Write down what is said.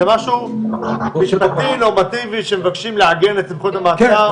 זה משהו משפטי נורמטיבי שמבקשים לעגן את זכות המעצר.